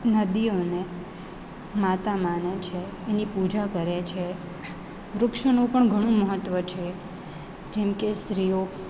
નદીઓને માતા માને છે એની પૂજા કરે છે વૃક્ષોનું પણ ઘણું મહત્ત્વ છે જેમકે સ્ત્રીઓ